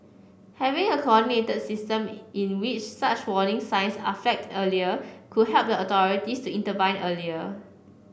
having a coordinated system in which such warning signs are flagged earlier could help the authorities to intervene earlier